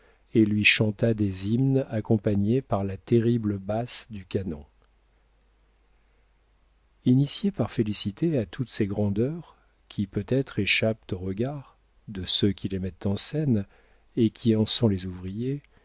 et lui chanta des hymnes accompagnés par la terrible basse du canon initié par félicité à toutes ces grandeurs qui peut-être échappent aux regards de ceux qui les mettent en scène et qui en sont les ouvriers